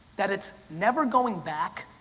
that it's never going back,